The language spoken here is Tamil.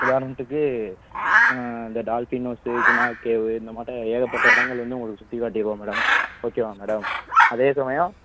உதாரணத்துக்கு இந்த டால்பின் ஹௌஸ்ஸு குணா கேவு இந்த மாட்டம் ஏகப்பட்ட இடங்கள் வந்து உங்களுக்கு சுற்றி காட்டிடுவோம் மேடம் ஓகேவா மேடம் அதே சமயம்